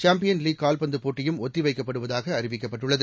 champion league கால்பந்துபோட்டியும் ஒத்திவைக்கப்படுவதாகஅறிவிக்கப்பட்டுள்ளது